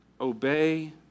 obey